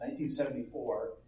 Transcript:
1974